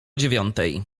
dziewiątej